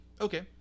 Okay